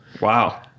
Wow